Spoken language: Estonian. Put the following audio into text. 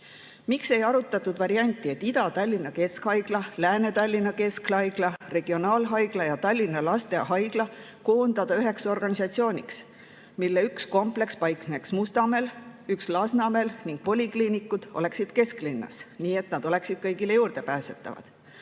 Miks ei arutatud varianti, et Ida-Tallinna Keskhaigla, Lääne-Tallinna Keskhaigla, [Põhja-Eesti] Regionaalhaigla ja Tallinna Lastehaigla koondada üheks organisatsiooniks, mille üks kompleks paikneks Mustamäel, üks Lasnamäel ning polikliinikud oleksid kesklinnas, nii et nad oleksid kõigile juurdepääsetavad?